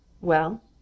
Well